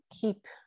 keep